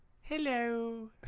Hello